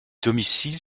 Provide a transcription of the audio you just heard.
domicile